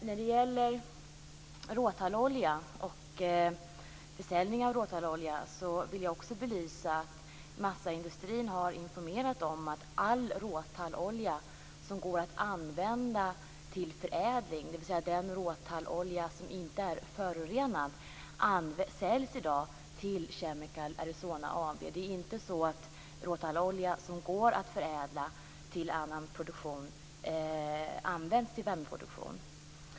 När det gäller försäljning av råtallolja vill jag också belysa att massaindustrin har informerat om att all råtallolja som går att använda till förädling, dvs. den råtallolja som inte är förorenad, i dag säljs till Arizona Chemical AB. Det är inte så att råtallolja som går att förädla till annan produktion används till värmeproduktion.